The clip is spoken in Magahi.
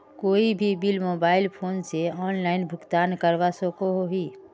कोई भी बिल मोबाईल फोन से ऑनलाइन भुगतान करवा सकोहो ही?